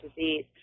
disease